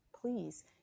please